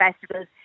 festivals